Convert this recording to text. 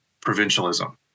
provincialism